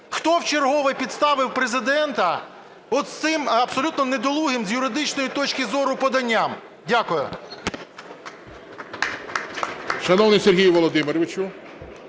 Хто вчергове підставив Президента от з цим абсолютно недолугим з юридичної точки зору поданням? Дякую.